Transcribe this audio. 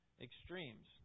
extremes